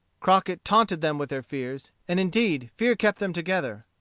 crockett taunted them with their fears and indeed fear kept them together.